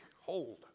hold